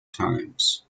times